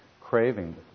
craving